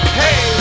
hey